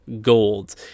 gold